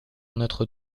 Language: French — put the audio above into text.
notre